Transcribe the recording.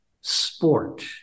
sport